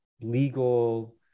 legal